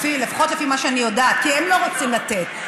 לפחות לפי מה שאני יודעת, כי הם לא רוצים לתת.